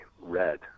red